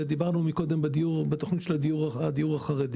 דיברנו על זה קודם כשהתייחסנו לדיור החרדי.